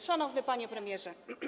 Szanowny Panie Premierze!